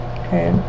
okay